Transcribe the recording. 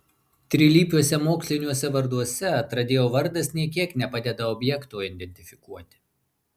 trilypiuose moksliniuose varduose atradėjo vardas nė kiek nepadeda objekto identifikuoti